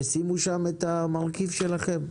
ושימו שם את המרכיב שלכם.